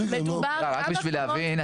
רק בשביל להבין,